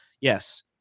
Yes